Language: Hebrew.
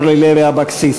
אורלי לוי אבקסיס.